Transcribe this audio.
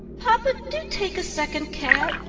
papa, do take a second cab,